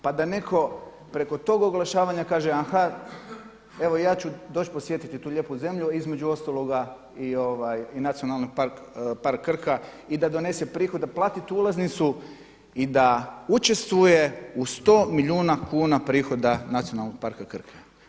Pa da netko preko tog oglašavanja kaže a ha, evo ja ću doći podsjetiti tu lijepu zemlju, između ostaloga i Nacionalni park Krka i da donese prihod da plati tu ulaznicu i da učestvuje u 100 milijuna kuna prihoda Nacionalnog parka Krka.